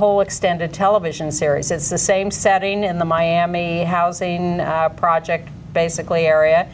whole extended television series it's the same setting in the miami housing project basically area